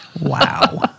Wow